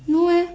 no leh